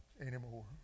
anymore